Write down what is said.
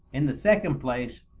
in the second place,